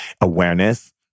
awareness